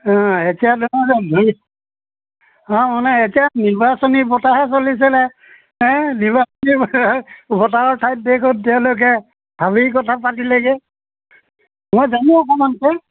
অঁ এতিয়া দেখোন অদ্ভুত অঁ মানে এতিয়া নিৰ্বাচনী বতাহহে বলিছিলে হেঁ নিৰ্বাচনী বতাহৰ ঠাইত দেখোন তেওঁলোকে হাবিৰ কথা পাতিলেগৈ মই জানো অকমানকৈ